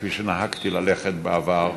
כפי שנהגתי ללכת בעבר,